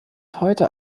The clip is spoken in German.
heute